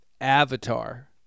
avatar